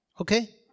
Okay